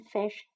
Fish